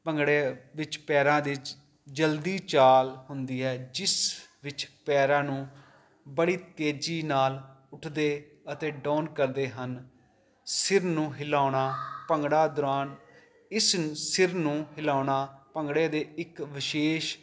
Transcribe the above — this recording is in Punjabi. ਭੰਗੜੇ ਵਿੱਚ ਪੈਰਾਂ ਦੇ ਵਿੱਚ ਜਲਦੀ ਚਾਲ ਹੁੰਦੀ ਹੈ ਜਿਸ ਵਿੱਚ ਪੈਰਾਂ ਨੂੰ ਬੜੀ ਤੇਜ਼ੀ ਨਾਲ ਉੱਠਦੇ ਅਤੇ ਡੋਨ ਕਰਦੇ ਹਨ ਸਿਰ ਨੂੰ ਹਿਲਾਉਣਾ ਭੰਗੜਾ ਦੌਰਾਨ ਇਸ ਸਿਰ ਨੂੰ ਹਿਲਾਉਣਾ ਭੰਗੜੇ ਦੇ ਇੱਕ ਵਿਸ਼ੇਸ਼